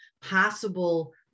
Possible